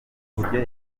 uburyo